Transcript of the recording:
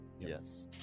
Yes